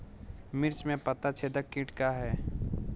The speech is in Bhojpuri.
मिर्च में पता छेदक किट का है?